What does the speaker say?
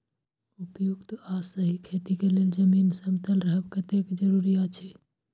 उपयुक्त आ सही खेती के लेल जमीन समतल रहब कतेक जरूरी अछि?